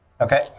Okay